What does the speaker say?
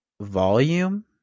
volume